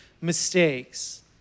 mistakes